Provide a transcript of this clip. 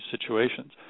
situations